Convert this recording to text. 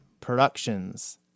productions